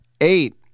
Eight